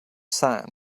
sand